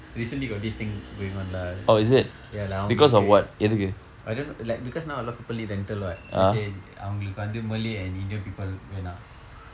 recently got this thing going on lah ya like அவங்களுக்கு:avangalukku I don't like because now a lot of people need rental [what] let's say அவங்களுக்கு வந்து:avangalukku vandthu malay and indian people வேண்டாம்:vaendaam